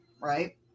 Right